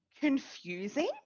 Confusing